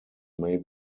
may